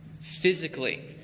Physically